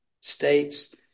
states